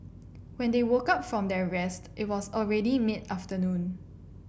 when they woke up from their rest it was already mid afternoon